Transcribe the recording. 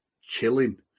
chilling